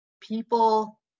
people